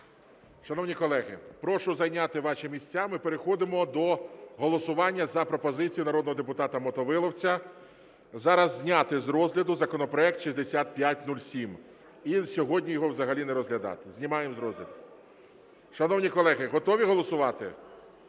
Шановні колеги, прошу зайняти ваші місця, ми переходимо до голосування за пропозицією народного депутата Мотовиловця зараз зняти з розгляду законопроект 6507 і сьогодні його взагалі не розглядати, знімаємо з розгляду. Шановні колеги, готові голосувати?